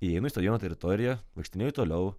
įeinu į stovėjimo teritoriją vaikštinėju toliau